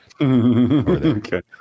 Okay